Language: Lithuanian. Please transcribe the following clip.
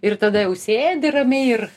ir tada jau sėdi ramiai ir